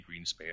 Greenspan